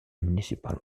municipal